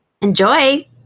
Enjoy